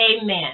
amen